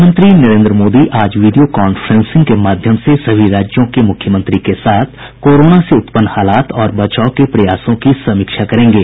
प्रधानमंत्री नरेंद्र मोदी आज video conferencing के माध्यम से सभी राज्यों के मुख्यमंत्री के साथ कोरोना से उत्पन्न हालात और बचाव के प्रयासों की समीक्षा करेंगे